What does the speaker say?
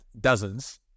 dozens